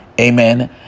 Amen